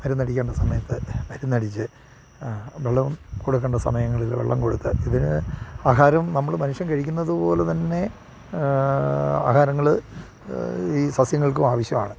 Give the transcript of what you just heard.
മരുന്ന് അടിക്കേണ്ട സമയത്ത് മരുന്ന് അടിച്ചു വെള്ളം കൊടുക്കേണ്ട സമയങ്ങളിൽ വെള്ളം കൊടുത്ത് ഇതിന് ആഹാരം നമ്മൾ മനുഷ്യൻ കഴിക്കുന്നത് പോലെ തന്നെ ആഹാരങ്ങൾ ഈ സസ്യങ്ങൾക്കും ആവശ്യമാണ്